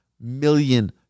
million